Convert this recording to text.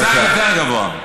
תצעק יותר גבוה.